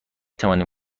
توانیم